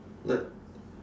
like